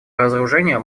разоружению